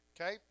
okay